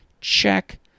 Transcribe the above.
Check